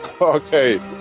Okay